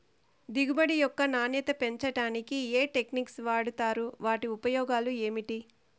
దిగుబడి యొక్క నాణ్యత పెంచడానికి ఏ టెక్నిక్స్ వాడుతారు వాటి ఉపయోగాలు ఏమిటి?